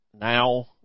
now